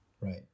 Right